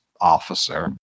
officer